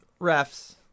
Refs